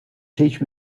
teach